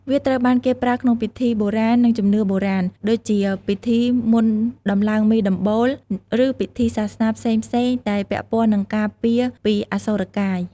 វាត្រូវបានគេប្រើក្នុងពិធីបុរាណ និងជំនឿបុរាណ ដូចជា ពិធីមុនដំឡើងមេដំបូល ឬពិធីសាសនា ផ្សេងៗដែលពាក់ព័ន្ធនឹងការពារពីអសូរកាយ។